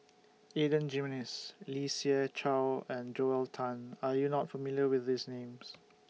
Adan Jimenez Lee Siew Choh and Joel Tan Are YOU not familiar with These Names